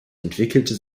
entwickelte